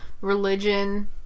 religion